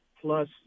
plus